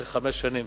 במשך חמש שנים.